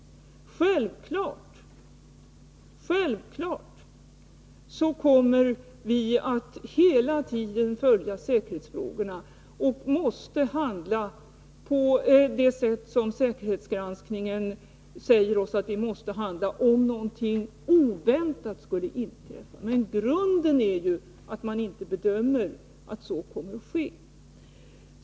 Självfallet kommer vi för vår del att hela tiden följa säkerhetsfrågorna, och självfallet måste vi handla på det sätt som säkerhetsgranskningen kräver, om någonting oväntat skulle inträffa. Men grunden är ju att man inte bedömer att så kommer att ske.